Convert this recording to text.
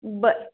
बरं